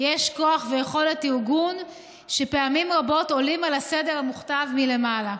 יש כוח ויכולת ארגון שפעמים רבות עולים על הסדר המוכתב מלמעלה.